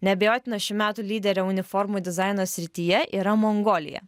neabejotina šių metų lyderė uniformų dizaino srityje yra mongolija